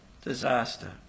disaster